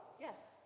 Yes